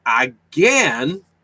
again